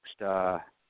next –